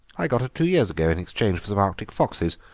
i got her two years ago in exchange for some arctic foxes.